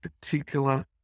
particular